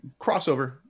crossover